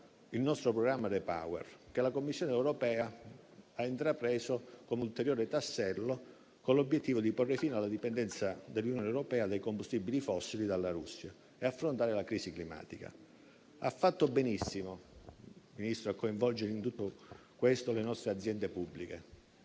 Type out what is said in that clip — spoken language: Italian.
il nostro programma Repower, che la Commissione europea ha intrapreso come ulteriore tassello, con l'obiettivo di porre fine alla dipendenza dell'Unione europea dai combustibili fossili della Russia e affrontare la crisi climatica. Signor Ministro, lei ha fatto benissimo a coinvolgere in tutto questo le nostre aziende pubbliche,